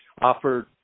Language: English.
offered